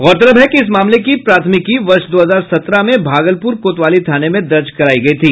गौरतलब है कि इस मामले की प्राथमिकी वर्ष दो हजार सत्रह में भागलपुर कोतवाली थाने में दर्ज कराई गई थी